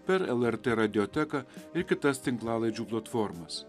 per lrt radioteką ir kitas tinklalaidžių platformas